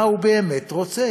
מה הוא באמת רוצה?